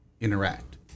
interact